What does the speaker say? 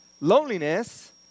Loneliness